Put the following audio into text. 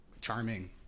charming